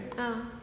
ah